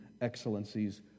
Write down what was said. excellencies